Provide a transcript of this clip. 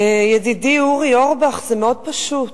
ידידי אורי אורבך, זה מאוד פשוט.